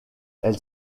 elle